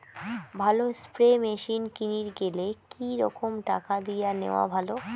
ভালো spray machine কিনির গেলে কি রকম টাকা দিয়া নেওয়া ভালো?